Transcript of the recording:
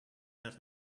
that